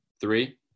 three